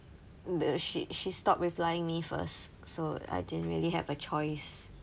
she she stop replying me first so I didn't really have a choice